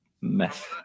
mess